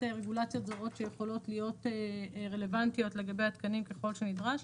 רגולציות זרות שיכולות להיות רלוונטיות לגבי התקנים ככל שנדרש.